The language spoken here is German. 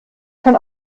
schon